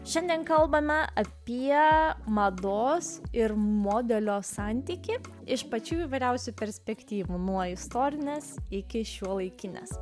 šiandien kalbame apie mados ir modelio santykį iš pačių įvairiausių perspektyvų nuo istorinės iki šiuolaikinės